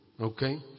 Okay